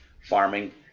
farming